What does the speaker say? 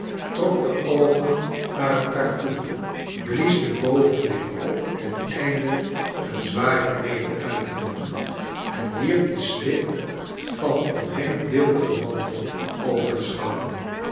trok de oogen naar elkaar toe blies de bovenlip op ten einde een zwaren knevel uit te beelden en wierp de slip van een denkbeeldigen mantel over den schouder